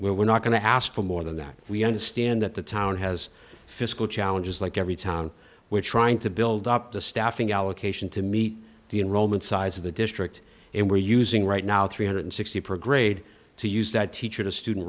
we're not going to ask for more than that we understand that the town has fiscal challenges like every town we're trying to build up the staffing allocation to meet the enrollment size of the district and we're using right now three hundred sixty pro grade to use that teacher to student